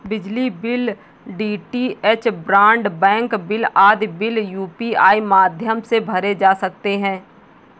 बिजली bill, DTH broadband bill आदि bill UPI माध्यम से भरे जा सकते हैं